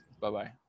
Bye-bye